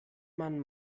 man